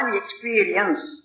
experience